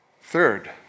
third